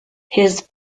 his